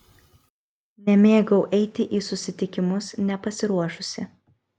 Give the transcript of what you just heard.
nemėgau eiti į susitikimus nepasiruošusi